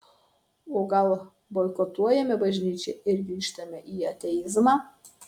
o gal boikotuojame bažnyčią ir grįžtame į ateizmą